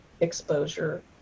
exposure